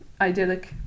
idyllic